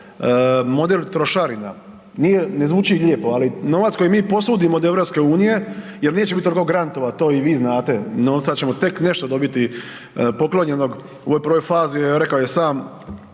model trošarina, nije, ne zvuči lijepo, ali novac koji mi posudimo od EU jer neće biti toliko grantova to i vi znate novca ćemo tek nešto dobiti poklonjenog u ovoj prvoj fazi, rekao je sam